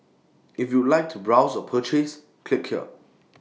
if you would like to browse or purchase click here